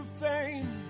fame